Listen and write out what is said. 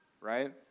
right